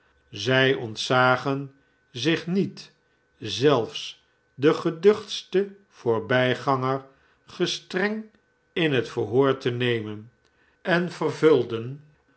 zi ontzagen zich niet zelfs den geduchtsten voorbijganger gestreng in het verhoor te nemen en vervulden